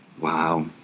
Wow